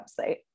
website